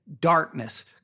darkness